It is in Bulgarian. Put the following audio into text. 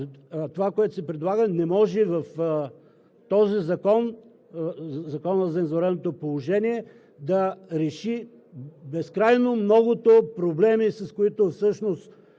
това, което се предлага, не може в този закон, в Закона за извънредното положение, да реши безкрайно многото проблеми, с които всъщност